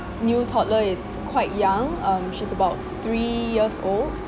new toddler is quite young um she's about three years old